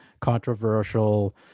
controversial